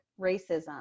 racism